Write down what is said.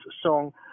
song